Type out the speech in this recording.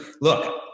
look